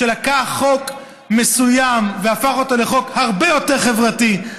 שלקח חוק מסוים והפך אותו לחוק הרבה יותר חברתי,